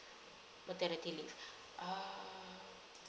maternity leave ah